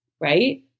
Right